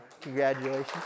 Congratulations